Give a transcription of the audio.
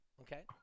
Okay